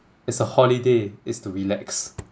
it's a holiday it's to relax